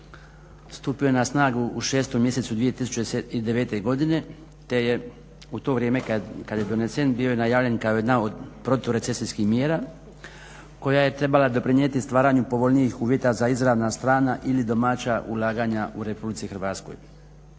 stupio je na snagu u 6. mjesecu 2009. godine te je u to vrijeme kad je donesen bio najavljen kao jedna od proturecesijskih mjera koja je trebala doprinijeti stvaranju povoljnijih uvjeta za izravna strana ili domaća ulaganja u RH. Važno